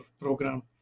program